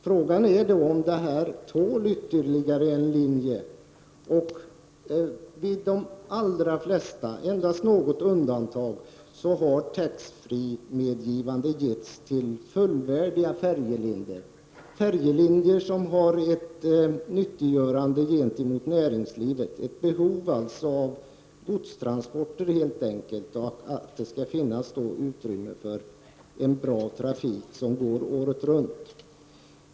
Frågan är om trafiken tål ytterligare en linje. I de allra flesta fall, endast med något undantag, har taxfree-försäljning medgivits till fullvärdiga färjelinjer. Det är färjelinjer som har ett nyttiggörande gentemot näringslivet, dvs. de fyller ett behov av godstransporter och upprätthåller en bra trafik året runt.